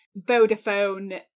Vodafone